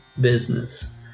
business